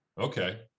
Okay